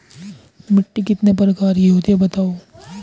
मिट्टी कितने प्रकार की होती हैं बताओ?